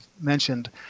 mentioned